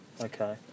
Okay